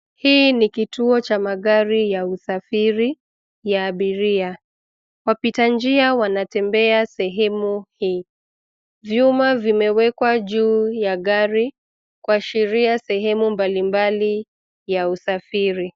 Hii ni kituo cha magari ya usafiri ya abiria. Wapita njia wanatembea sehemu hii. Vyuma vimewekwa juu ya gari kuashiria sehemu mbalimbali ya usafiri.